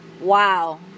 wow